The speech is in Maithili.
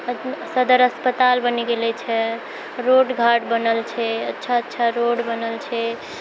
सदर अस्पताल बनि गेलऽ छै रोड घाट बनल छै अच्छा अच्छा रोड बनल छै